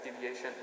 deviation